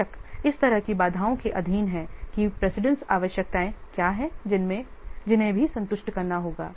बेशक इस तरह की बाधाओं के अधीन हैं कि प्रेसिडेंसआवश्यकताएं क्या हैं जिन्हें भी संतुष्ट करना होगा